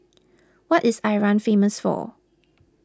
what is Iran famous for